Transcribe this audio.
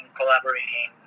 collaborating